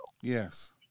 Yes